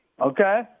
Okay